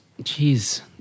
Jeez